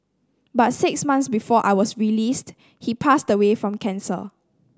but six months before I was released he passed away from cancer